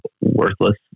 worthless